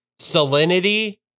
Salinity